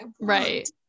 Right